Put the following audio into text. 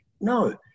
No